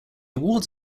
awards